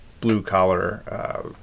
blue-collar